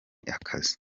akazi